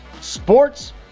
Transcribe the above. sports